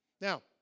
Now